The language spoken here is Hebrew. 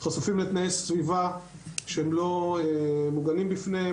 חשופים לתנאי סביבה שהם לא מוגנים בפניהם,